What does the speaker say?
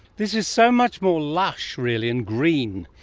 this is so much more lush really and green,